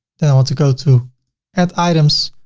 then i want to go to add items,